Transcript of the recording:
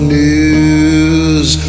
news